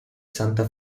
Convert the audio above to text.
santa